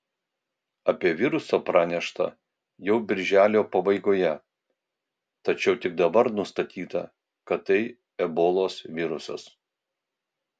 apie virusą pranešta jau birželio pabaigoje tačiau tik dabar nustatyta kad tai ebolos virusas